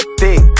thick